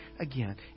again